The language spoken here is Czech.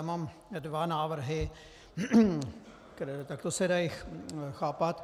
Mám dva návrhy, které takto se dají chápat.